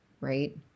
right